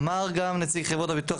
אמר גם נציג חברות הביטוח,